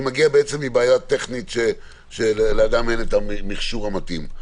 שמגיע בעצם מבעיה טכנית שלאדם אין את המכשור המתאים.